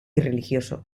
religioso